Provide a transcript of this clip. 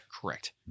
Correct